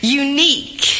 unique